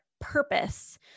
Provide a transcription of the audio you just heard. purpose